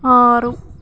ఆరు